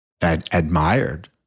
admired